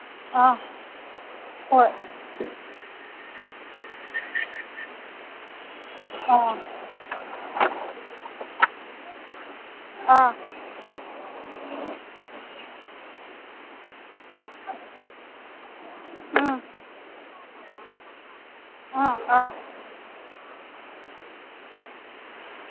ꯑ ꯍꯣꯏ ꯑ ꯑ ꯑ ꯑ ꯑ